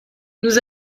nous